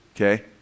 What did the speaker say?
Okay